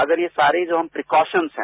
अगर ये सारे जो प्रीकोशन्स हैं